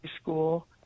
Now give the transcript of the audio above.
school